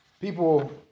People